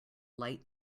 light